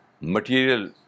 material